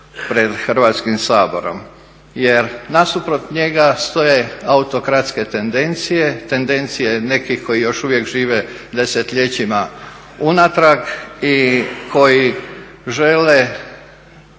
pred Hrvatskim saborom. Jer nasuprot njega stoje autokratske tendencije, tendencije nekih koji još uvijek žive desetljećima unatrag i koji žele